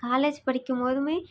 college படிக்கும் போதுமே